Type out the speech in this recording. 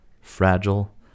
fragile